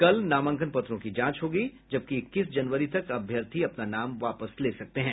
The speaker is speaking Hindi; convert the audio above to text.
कल नामांकन पत्रों की जांच होगी जबकि इक्कीस जनवरी तक अभ्यर्थी अपना नाम वापस ले सकते हैं